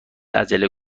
عجله